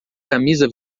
camisa